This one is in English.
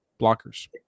Blockers